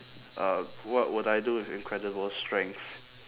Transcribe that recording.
uh what would I do with incredible strength